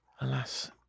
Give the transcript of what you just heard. Alas